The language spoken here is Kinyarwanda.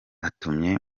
atumye